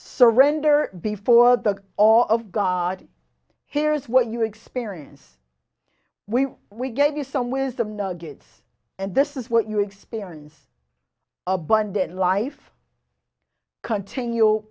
surrender before the all of god hears what you experience we we gave you some wisdom nuggets and this is what you experience abundant life continu